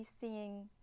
seeing